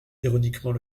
ironiquement